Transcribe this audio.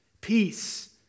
Peace